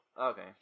Okay